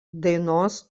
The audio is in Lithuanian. dainos